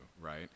right